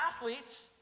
athletes